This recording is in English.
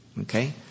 Okay